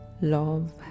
love